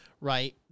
right